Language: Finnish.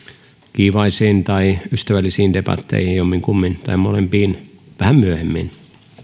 kiivaisiin tai ystävällisiin debatteihin jompiinkumpiin tai molempiin vähän myöhemmin